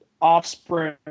offspring